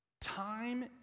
Time